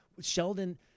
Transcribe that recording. Sheldon